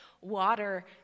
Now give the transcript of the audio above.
water